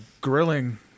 Grilling